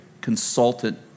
consultant